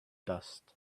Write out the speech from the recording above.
dust